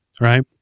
right